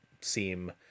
seem